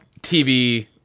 TV